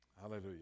Hallelujah